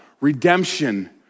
redemption